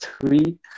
three